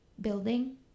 building